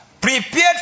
Prepared